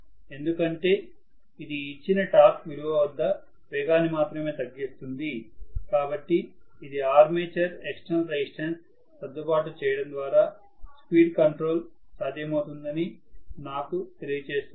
ఎందుకంటే ఇది ఇచ్చిన టార్క్ విలువ వద్ద వేగాన్ని మాత్రమే తగ్గిస్తుంది కాబట్టి ఇది ఆర్మేచర్ ఎక్స్టర్నల్ రెసిస్టన్స్ సర్దుబాటు చేయడం ద్వారా స్పీడ్ కంట్రోల్ సాధ్యమవుతుందని నాకు తెలియజేస్తుంది